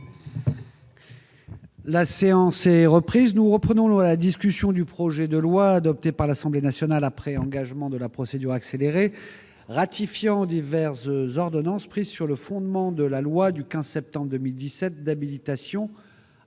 La séance est reprise. Nous reprenons la discussion du projet de loi, adopté par l'Assemblée nationale après engagement de la procédure accélérée, ratifiant diverses ordonnances prises sur le fondement de la loi n° 2017-1340 du 15 septembre 2017 d'habilitation à prendre par